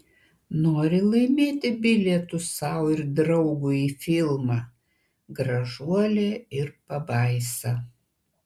nori laimėti bilietus sau ir draugui į filmą gražuolė ir pabaisa